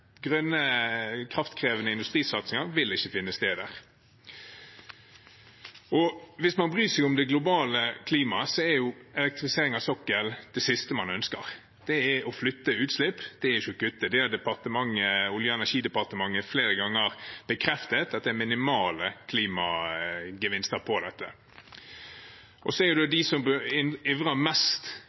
grønne kraftkrevende industrisatsinger vil ikke finne sted der. Hvis man bryr seg om det globale klimaet, er elektrifisering av sokkelen det siste man ønsker. Det er å flytte utslipp, det er ikke å kutte. Olje- og energidepartementet har flere ganger bekreftet at det er minimale klimagevinster i dette. De som ivrer mest for kraft fra land, bør innrømme at det